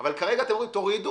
אבל כרגע אתם אומרים תורידו.